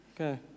Okay